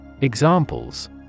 Examples